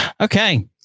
okay